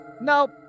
Nope